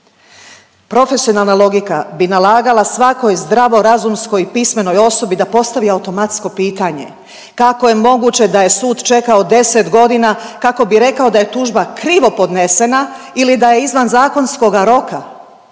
Profesionalna logika bi nalagala svakoj zdravorazumskoj pismenoj osobi da postavi automatsko pitanje, kako je moguće da je sud čekao 10.g. kako bi rekao da je tužba krivo podnesena ili da je izvan zakonskoga roka?